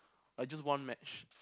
I just want match